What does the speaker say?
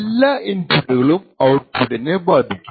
എല്ലാ ഇൻപുട്ടുകളും ഔട്പുട്ടിനെ ബാധിക്കും